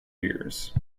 years